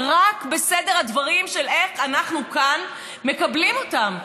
רק בסדר הדברים של איך אנחנו כאן מקבלים אותם?